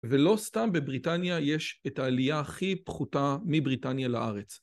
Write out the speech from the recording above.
ולא סתם בבריטניה יש את העלייה הכי פחותה מבריטניה לארץ.